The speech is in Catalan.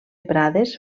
prades